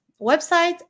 website